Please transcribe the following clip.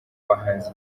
bahanzi